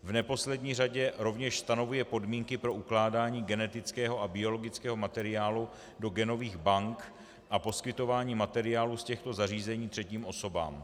V neposlední řadě rovněž stanovuje podmínky pro ukládání genetického a biologického materiálu do genových bank a poskytování materiálu z těchto zařízení třetím osobám.